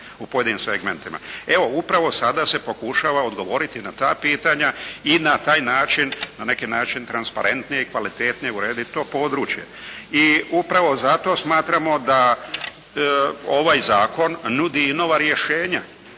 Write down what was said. u pojedinim segmentima. Evo upravo sada se pokušava odgovoriti na ta pitanja i na taj način, na neki način transparentnije i kvalitetnije urediti to područje. I upravo zato smatramo da ovaj zakon nudi i nova rješenja.